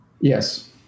Yes